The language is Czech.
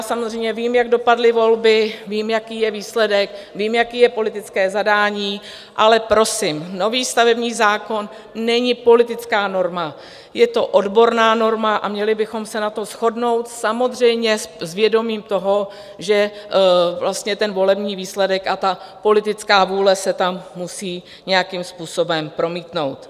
Samozřejmě vím, jak dopadly volby, vím, jaký je výsledek, vím, jaké je politické zadání, ale prosím, nový stavební zákon není politická norma, je to odborná norma a měli bychom se na tom shodnout, samozřejmě s vědomím toho, že volební výsledek a politická vůle se tam musí nějakým způsobem promítnout.